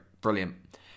brilliant